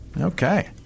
Okay